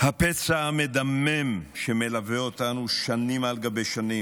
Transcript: הפצע המדמם מלווה אותנו שנים על גבי שנים,